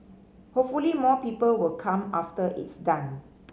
hopefully more people will come after it's done